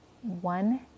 one